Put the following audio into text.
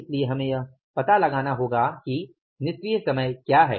इसलिए हमें यह पता लगाना होगा कि निष्क्रिय समय क्या है